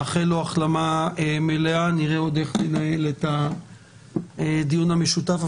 נאחל לו החלמה מלאה ונראה איך לקיים את הדיון המשותף.